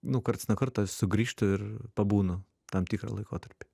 nu karts nuo karto sugrįžtu ir pabūnu tam tikrą laikotarpį